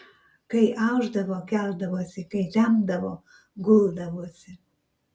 kai aušdavo keldavosi kai temdavo guldavosi